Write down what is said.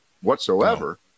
whatsoever